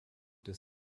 des